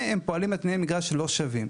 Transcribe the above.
והם פועלים בתנאי מגרש שלא שווים.